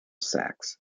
sex